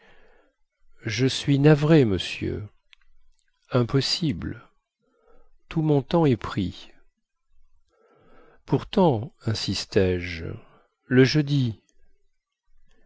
je suis navrée monsieur impossible tout mon temps est pris pourtant insistai je le jeudi